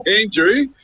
Andrew